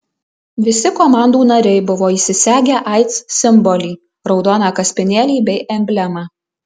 visi komandų nariai buvo įsisegę aids simbolį raudoną kaspinėlį bei emblemą